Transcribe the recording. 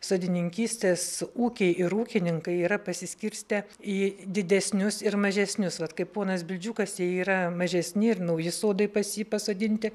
sodininkystės ūkiai ir ūkininkai yra pasiskirstę į didesnius ir mažesnius vat kaip ponas bildžiukas jie yra mažesni ir nauji sodai pas jį pasodinti